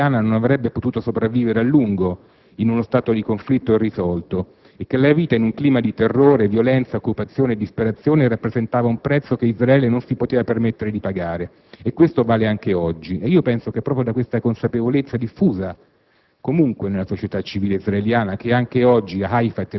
sostiene che questi si era reso conto che la società israeliana non avrebbe potuto sopravvivere a lungo in uno Stato di conflitto irrisolto e che la vita in un clima di terrore, violenza, occupazione e disperazione rappresentava un prezzo che Israele non si poteva permettere di pagare, e ciò vale anche oggi. Io penso che proprio da questa consapevolezza diffusa